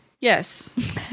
yes